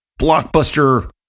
blockbuster